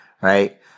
right